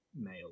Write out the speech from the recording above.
male